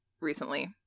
recently